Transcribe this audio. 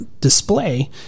display